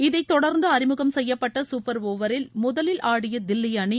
இதைத் தொடர்ந்து அறிமுகம் செய்யப்பட்ட சூப்பர் ஒவரில் முதலில் ஆடிய தில்லி அணி